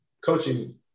Coaching